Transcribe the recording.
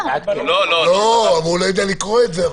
הוא לא יודע לקרוא את זה.